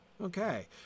Okay